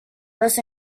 was